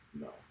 No